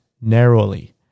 narrowly